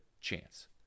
chance